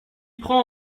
prend